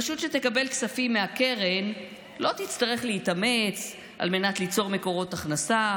רשות שתקבל כספים מהקרן לא תצטרך להתאמץ על מנת ליצור מקורות הכנסה,